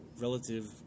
relative